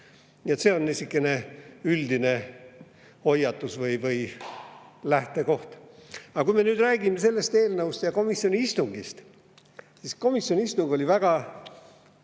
See on niisugune üldine hoiatus või lähtekoht. Aga kui rääkida sellest eelnõust ja komisjoni istungist, siis komisjoni istung oli väga